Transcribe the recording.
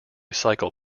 cycle